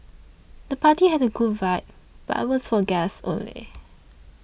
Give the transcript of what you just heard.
the party had a cool vibe but was for guests only